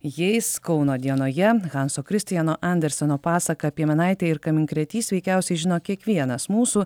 jais kauno dienoje hanso kristiano anderseno pasaką piemenaitė ir kaminkrėtys veikiausiai žino kiekvienas mūsų